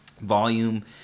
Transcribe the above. volume